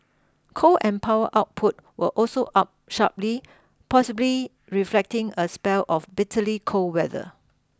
coal and power output were also up sharply possibly reflecting a spell of bitterly cold weather